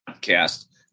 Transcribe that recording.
cast